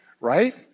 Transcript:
right